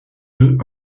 peu